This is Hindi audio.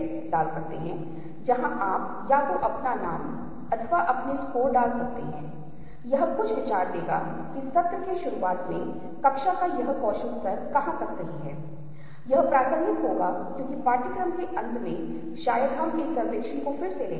क्योंकि आप देखते हैं कि व्याख्या की एक प्रक्रिया चल रही है आप मान रहे हैं आप फंसा रहे हैं आप इस तरह की कल्पना कर रहे हैं कि यदि कोई अदृश्य या सफेद रूमाल मुड़ा हुआ है और उसे केंद्र में तीन मंडलियों और एक त्रिकोण पर रखा गया है यह तो शायद यह पैटर्न है जो उभरेगा